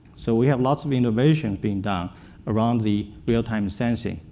so we have lots of innovation being done around the real-time sensing,